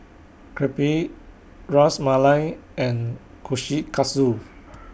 Crepe Ras Malai and Kushikatsu